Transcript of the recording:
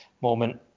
moment